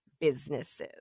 businesses